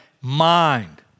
mind